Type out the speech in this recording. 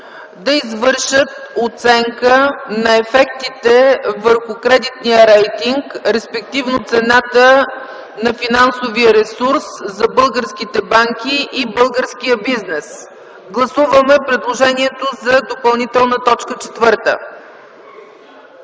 „Да извършат оценка на ефектите върху кредитния рейтинг, респективно цената на финансовия ресурс за българските банки и българския бизнес”. Гласуваме предложението за допълнителна т. 4.